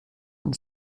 and